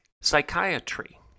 psychiatry